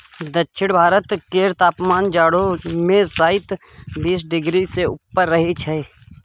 दक्षिण भारत केर तापमान जाढ़ो मे शाइत बीस डिग्री सँ ऊपर रहइ छै